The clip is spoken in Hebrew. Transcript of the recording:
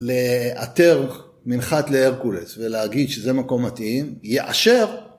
לאתר מנחת להרקולס ולהגיד שזה מקום מתאים, יאשר.